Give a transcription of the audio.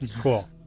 Cool